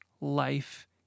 life